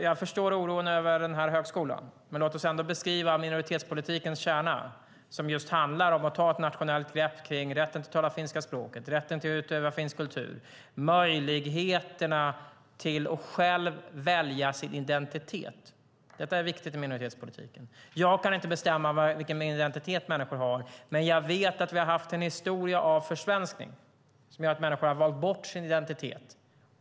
Jag förstår oron över den här högskolan, men låt oss ändå beskriva minoritetspolitikens kärna som just handlar om att ta ett nationellt grepp kring rätten att tala finska språket, rätten att utöva finsk kultur och möjligheterna att själv välja sin identitet. Detta är viktigt i minoritetspolitiken. Jag kan inte bestämma vilken identitet människor har, men jag vet att vi har haft en historia av försvenskning som gjort att människor har valt bort sin identitet.